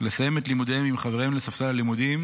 לסיים את לימודיהם עם חבריהם לספסל הלימודים,